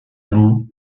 loo